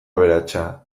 aberatsa